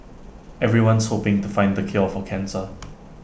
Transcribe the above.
everyone's hoping to find the cure for cancer